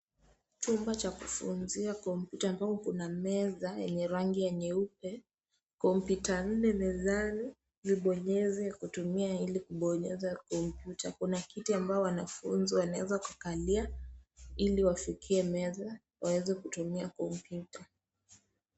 Jumba cha kufunzia kompyuta ambayo kuna meza yenye rangi ya nyeupe, kompyuta nne mezani ziponyeze kutumia ili kuponyeza kwa ukuta. Kuna kiti ambao wanafunzi wanaeza kukalia ili wafikie meza waeze kutumia kompyuta.